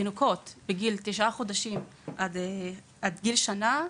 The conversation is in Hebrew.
דיווחו על תינוקות בגילאי תשעה חודשים ועד גיל שנה,